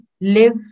live